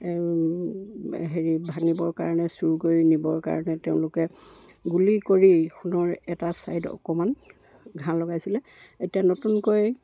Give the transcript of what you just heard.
হেৰি ভাঙিবৰ কাৰণে চুৰ কৰি নিবৰ কাৰণে তেওঁলোকে গুলি কৰি সোণৰ এটা ছাইড অকণমান ঘাঁহ লগাইছিলে এতিয়া নতুনকৈ